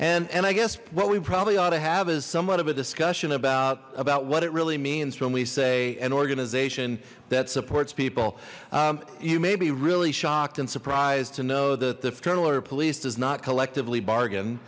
and and i guess what we probably ought to have is somewhat of a discussion about about what it really means when we say an organization that supports people you may be really shocked and surprised to know that the fraternal order police does not collectively bargain